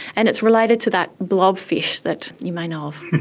and it's related to that blob fish that you may know of.